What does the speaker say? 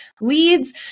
leads